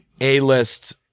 A-list